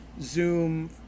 zoom